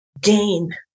gain